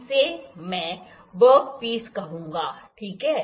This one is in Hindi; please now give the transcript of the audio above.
इसे मैं वर्कपीस कहूंगा ठीक है